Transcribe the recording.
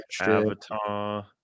Avatar